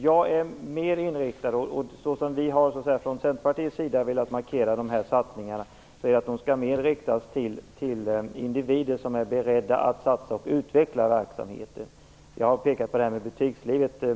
Jag är mer inriktad på - vi från Centerpartiet har velat markera det - att satsningarna skall riktas mot individer som är beredda att satsa på och utveckla verksamheten. Jag har pekat på butikslivet.